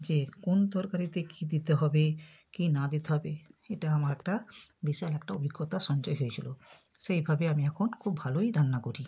যে কোন তরকারিতে কী দিতে হবে কী না দিতে হবে এটা আমার একটা বিশাল একটা অভিজ্ঞতা সঞ্চয় হয়েছিলো সেই ভাবে আমি এখন খুব ভালোই রান্না করি